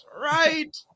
Right